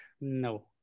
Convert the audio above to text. No